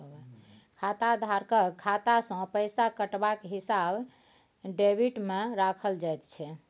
खाताधारकक खाता सँ पैसा कटबाक हिसाब डेबिटमे राखल जाइत छै